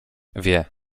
wie